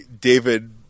David